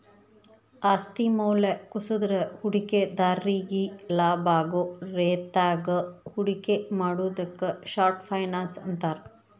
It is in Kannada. ಆಸ್ತಿ ಮೌಲ್ಯ ಕುಸದ್ರ ಹೂಡಿಕೆದಾರ್ರಿಗಿ ಲಾಭಾಗೋ ರೇತ್ಯಾಗ ಹೂಡಿಕೆ ಮಾಡುದಕ್ಕ ಶಾರ್ಟ್ ಫೈನಾನ್ಸ್ ಅಂತಾರ